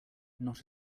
not